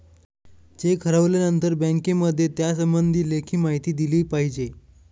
check हरवल्यानंतर बँकेमध्ये त्यासंबंधी लेखी माहिती दिली पाहिजे